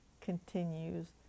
continues